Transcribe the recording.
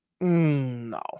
No